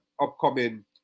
upcoming